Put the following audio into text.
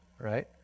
right